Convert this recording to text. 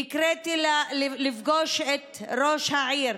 נקראתי לפגוש את ראש העיר,